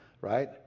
right